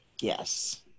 Yes